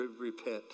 repent